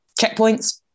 checkpoints